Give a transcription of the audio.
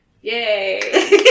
Yay